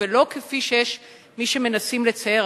ולא כפי שיש מי שמנסים לצייר,